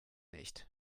nicht